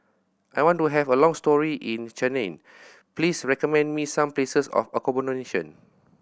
I want to have a long stay in Cayenne please recommend me some places for accommodation